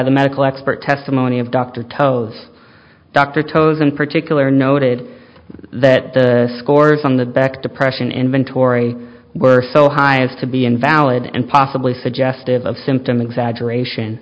the medical expert testimony of dr tove dr toes in particular noted that the scores on the back depression inventory were so high as to be invalid and possibly suggestive of symptom exaggeration